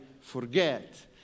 forget